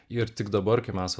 ir tik dabar kai mes